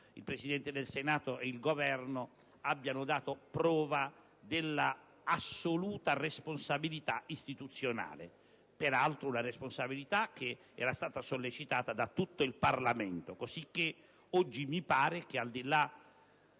il Presidente del Senato e il Governo abbiano dato prova dell'assoluta responsabilità istituzionale, peraltro una responsabilità sollecitata da tutto il Parlamento. Oggi, al di là